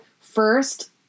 first